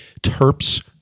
Terps